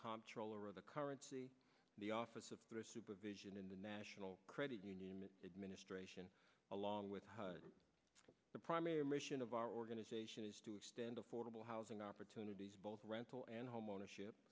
comptroller of the currency the office of thrift supervision in the national credit union administration along with the primary mission of our organization is to extend affordable housing opportunities both rental and home ownership